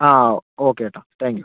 ആ ഓക്കെ ഏട്ടാ താങ്ക്യൂ